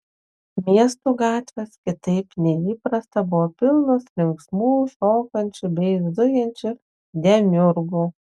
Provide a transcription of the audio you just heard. miestų gatvės kitaip nei įprasta buvo pilnos linksmų šokančių bei zujančių demiurgų